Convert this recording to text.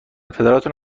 پدراتون